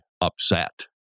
upset